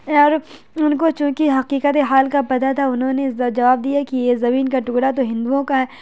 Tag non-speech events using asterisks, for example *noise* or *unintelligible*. اور ان کو چوں کہ حقیقتِ حال کا پتہ تھا انہوں نے *unintelligible* جواب دیا کہ یہ زمین کا ٹکڑا تو ہندوؤں کا ہے